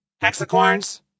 Hexacorns